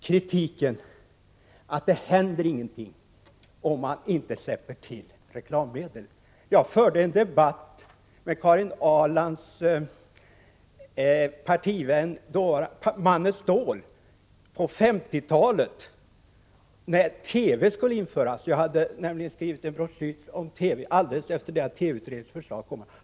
Kritikerna säger att det händer ingenting om man inte släpper till reklammedel. Jag förde en debatt med Karin Ahrlands partivän Manne Ståhl på 1950-talet, när TV skulle införas. Jag hade nämligen skrivit en broschyr om TV alldeles efter det att TV-utredningens förslag hade kommit.